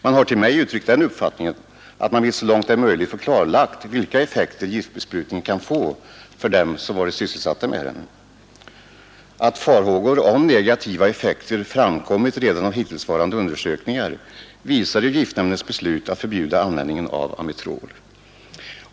Man har till mig framfört den uppfattningen att man vill så långt det är möjligt få klarlagt vilka effekter giftbesprutningen kan få för dem som varit sysselsatta med den. Att farhågor om negativa effekter framkommit redan av hittillsvarande undersökningar visar ju giftnämndens beslut att förbjuda användningen av amitrol.